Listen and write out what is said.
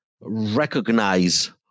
recognize